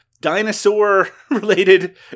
dinosaur-related